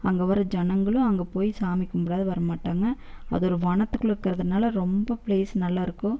அங்கே வர ஜனங்களும் அங்கே போய் சாமி கும்புடாத வர மாட்டாங்க அது ஒரு வானத்துக்குள்ளருக்கறதுனால ரொம்ப ப்ளேஸ் நல்லா இருக்கும்